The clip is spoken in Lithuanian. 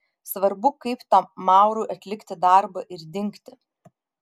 svarbu kaip tam maurui atlikti darbą ir dingti